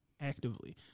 actively